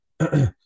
Okay